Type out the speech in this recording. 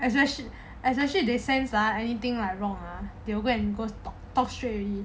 especially especially they sense ah anything like wrong ah they'll go and goes to australia